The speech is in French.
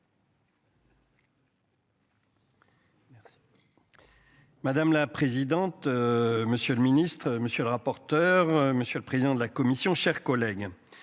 Madame la présidente. Monsieur le ministre, monsieur le rapporteur. Monsieur le président de la. Commission chers collègues